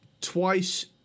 twice